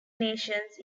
nations